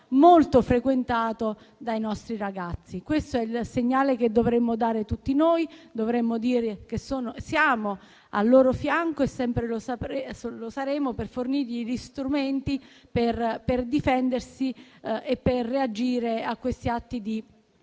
molto frequentato dai nostri ragazzi. Questo è il segnale che dovremmo dare tutti. Dovremmo dire che siamo al loro fianco e sempre lo saremo per fornirgli gli strumenti per difendersi e per reagire a quegli atti di